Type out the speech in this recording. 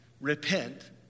Repent